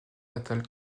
natale